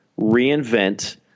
reinvent